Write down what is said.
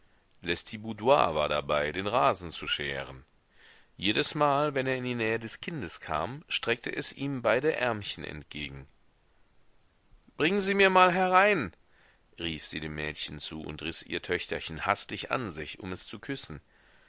lestiboudois war dabei den rasen zu scheren jedesmal wenn er in die nähe des kindes kam streckte es ihm beide ärmchen entgegen bring sie mir mal herein rief sie dem mädchen zu und riß ihr töchterchen hastig an sich um es zu küssen